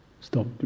stop